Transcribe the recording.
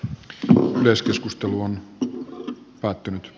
pumalla myös keskustelu on päättynyt